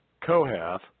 Kohath